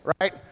right